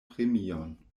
premion